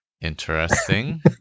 Interesting